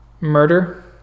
murder